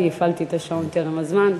כי הפעלתי את השעון טרם הזמן.